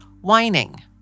whining